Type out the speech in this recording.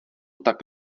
tak